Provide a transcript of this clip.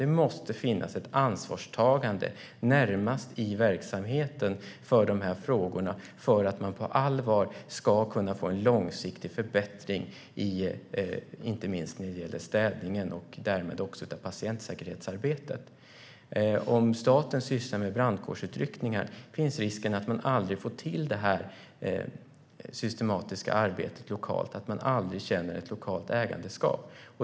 Det måste finnas ett ansvarstagande i verksamheten för de här frågorna för att man på allvar ska kunna få en långsiktig förbättring, inte minst när det gäller städningen och därmed också patientsäkerhetsarbetet. Om staten sysslar med brandkårsutryckningar finns risken att man aldrig får till det systematiska arbetet lokalt, att man aldrig känner ett lokalt ägandeskap.